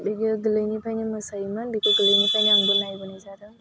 बियो गोलैनिफ्राइनो मोसायोमोन बिखौ गोलैनिफ्रायनो आंबो नायबोनाय जादों